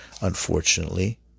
unfortunately